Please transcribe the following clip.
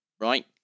Right